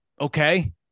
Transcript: Okay